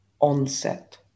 onset